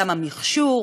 גם המכשור,